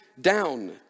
down